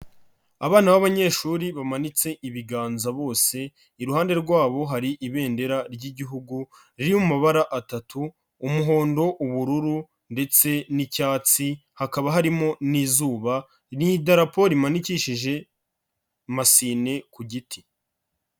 Abana b'abanyeshuri bamanitse ibiganza bose, iruhande rwabo hari ibendera ry'igihugu riri mu mabara atatu umuhondo, ubururu ndetse n'icyatsi, hakaba harimo n'izuba, ni idaraporo rimanikishije masine ku giti.